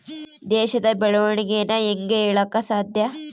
ದೇಶದ ಬೆಳೆವಣಿಗೆನ ಹೇಂಗೆ ಹೇಳಕ ಸಾಧ್ಯ?